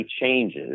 changes